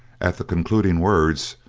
at the concluding words,